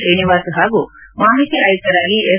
ಶ್ರೀನಿವಾಸ್ ಹಾಗೂ ಮಾಹಿತಿ ಆಯುಕ್ತರಾಗಿ ಎಸ್